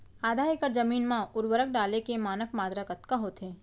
आधा एकड़ जमीन मा उर्वरक डाले के मानक मात्रा कतका होथे?